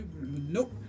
Nope